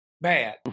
bad